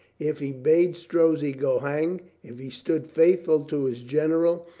if he bade strozzi go hang, if he stood faithful to his general,